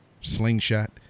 slingshot